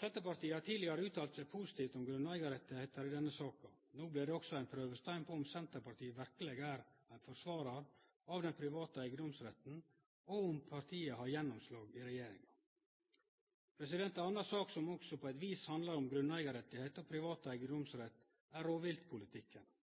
Senterpartiet har tidlegare uttalt seg positivt om grunneigarrettane i denne saka. No blir dette også ein prøvestein på om Senterpartiet verkeleg er ein forsvarar av den private eigedomsretten, og på om partiet har gjennomslag i regjeringa. Ei anna sak som også på eit vis handlar om grunneigarrettar og privat eigedomsrett, er